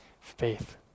Faith